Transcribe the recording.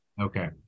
Okay